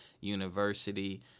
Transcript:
University